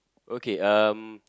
okay um